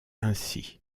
ainsi